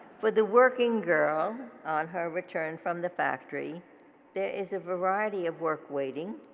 for the working girl on her return from the factory there is a variety of work waiting.